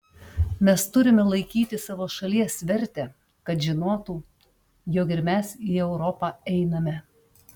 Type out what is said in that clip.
mes turime laikyti savo šalies vertę kad žinotų jog ir mes į europą einame